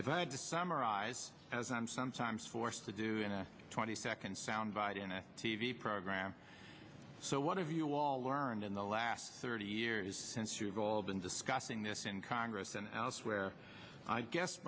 if i had to summarize as i'm sometimes forced to do in a twenty second sound bite in a t v program so what have you all learned in the last thirty years since you've all been discussing this in congress and elsewhere i guess